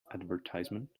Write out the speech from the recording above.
advertisement